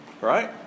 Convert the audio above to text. Right